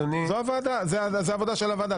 זו העבודה של הוועדה.